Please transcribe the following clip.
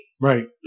Right